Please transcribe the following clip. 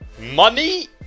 money